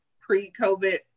pre-COVID